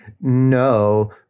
no